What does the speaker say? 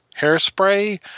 Hairspray